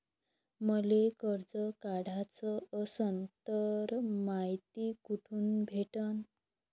मले कर्ज काढाच असनं तर मायती कुठ भेटनं?